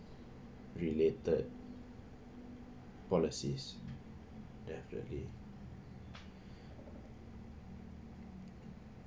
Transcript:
related policies definitely